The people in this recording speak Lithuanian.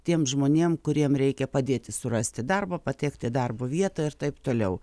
tiems žmonėm kuriems reikia padėti surasti darbą pateikti darbo vietą ir taip toliau